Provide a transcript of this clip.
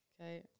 Okay